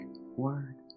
word